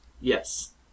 Yes